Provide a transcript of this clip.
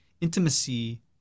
intimacy